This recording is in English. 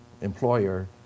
employer